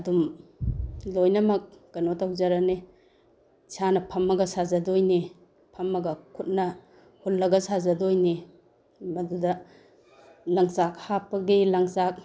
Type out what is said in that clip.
ꯑꯗꯨꯝ ꯂꯣꯏꯅꯃꯛ ꯀꯩꯅꯣ ꯇꯧꯖꯔꯅꯤ ꯏꯁꯥꯅ ꯐꯝꯃꯒ ꯁꯥꯖꯗꯣꯏꯅꯤ ꯐꯝꯃꯒ ꯈꯨꯠꯅ ꯍꯨꯜꯂꯒ ꯁꯥꯖꯗꯣꯏꯅꯦ ꯃꯗꯨꯗ ꯂꯪꯆꯥꯛ ꯍꯥꯞꯄꯒꯤ ꯂꯪꯆꯥꯛ